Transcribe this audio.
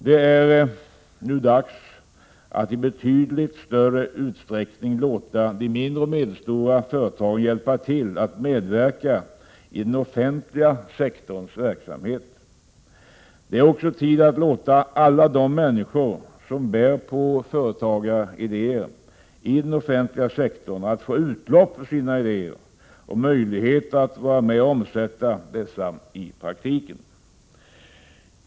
Det är nu dags att i betydligt större utsträckning låta de mindre och medelstora företagen hjälpa till att medverka i den offentliga sektorns verksamheter. Det är också hög tid att låta alla de människor som bär på företagaridéer i den offentliga sektorn få utlopp för sina idéer och möjligheter att vara med att omsätta dessa i praktiken.